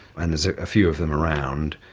and there's a few of them around.